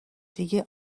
دیگه